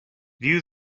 view